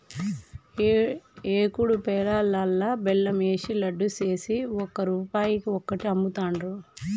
ఏకుడు పేలాలల్లా బెల్లం ఏషి లడ్డు చేసి ఒక్క రూపాయికి ఒక్కటి అమ్ముతాండ్రు